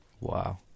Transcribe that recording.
wow